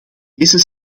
deze